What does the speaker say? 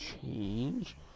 change